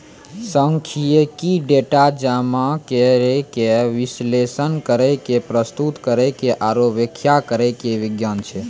सांख्यिकी, डेटा जमा करै के, विश्लेषण करै के, प्रस्तुत करै के आरु व्याख्या करै के विज्ञान छै